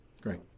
Great